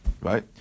Right